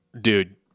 Dude